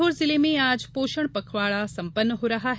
सीहोर जिले में आज पोषण पखवाड़ा सम्पन्न हो रहा है